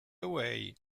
hawaii